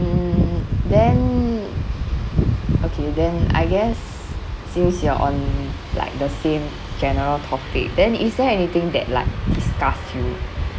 mm then okay then I guess since you are on like the same channel topic then is there anything that like disgusts you